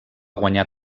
guanyar